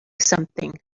something